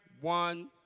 one